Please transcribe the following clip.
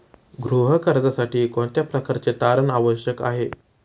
गृह कर्जासाठी कोणत्या प्रकारचे तारण आवश्यक आहे?